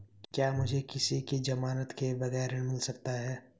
क्या मुझे किसी की ज़मानत के बगैर ऋण मिल सकता है?